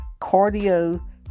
cardio